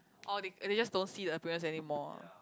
or they they just don't see the appearance anymore ah